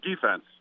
defense